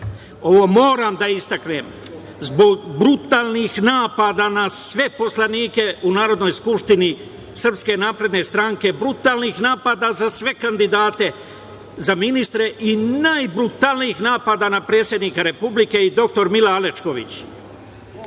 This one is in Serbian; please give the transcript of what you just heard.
ovo moram da istaknem, zbog brutalnih napada na sve poslanike u Narodnoj skupštini SNS, brutalnih napada za sve kandidate za ministre i najbrutalnijih napada na predsednika Republike je dr Mila Alečković.